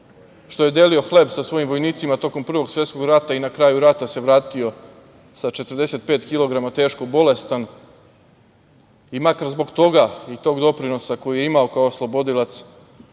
što je delio hleb sa svojim vojnicima tokom Prvog svetskog rata, i na kraju rata se vratio sa 45 kilograma teško bolestan.I makar zbog toga i tog doprinosa koji ima kao oslobodilac,